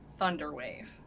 Thunderwave